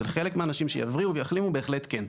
אצל חלק מהאנשים שיבריאו ויחלימו, בהחלט כן.